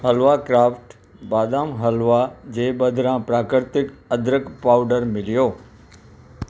हलवा craft बादाम हलवा जे बदिरां प्राकृतिक अदरक पाउडर मिलियो